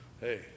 hey